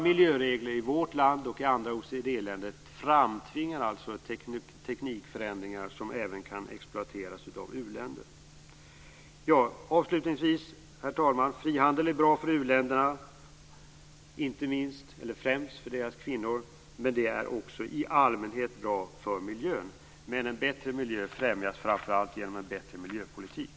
Miljöreglerna i vårt land och i andra OECD-länder framtvingar alltså teknikförändringar som även kan exploateras av u-länder. Avslutningsvis vill jag säga, herr talman, att frihandel är bra för u-länderna, inte minst eller främst för deras kvinnor men också i allmänhet för miljön. En bättre miljö främjas dock framför allt genom en bättre miljöpolitik.